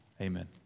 Amen